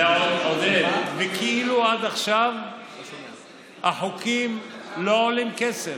עודד, וכאילו עד עכשיו החוקים לא עולים כסף.